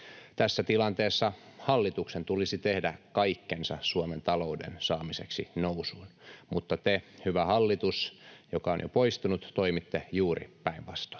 Tässä tilanteessa hallituksen tulisi tehdä kaikkensa Suomen talouden saamiseksi nousuun, mutta te, hyvä hallitus — joka on jo poistunut — toimitte juuri päinvastoin.